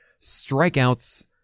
strikeouts